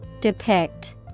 Depict